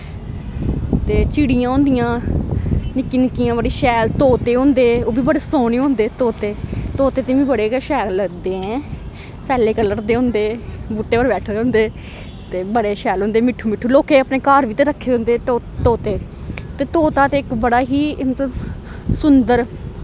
ते चिड़ियां होंदियां निक्कियां निक्कियां तोते होंदे ओह् बी बड़े सोह्ने होंदा तोते तोते ते मिगी बड़े गै शैल लगदे ऐं सैल्ले कल्लर दे होंदे बूह्टें पर बैठे दे होंदे ते बड़े शैल होंदे मिट्ठू मिट्ठू लोकें अपने घर बी ते रक्खे दे होंदे तोते तो तोता ते इक बड़ा ही सुन्दर